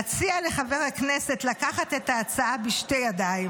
אציע לחבר הכנסת לקחת את ההצעה בשתי ידיים.